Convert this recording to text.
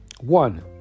One